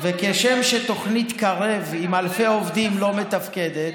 וכשם שתוכנית קרב עם אלפי עובדים לא מתפקדת,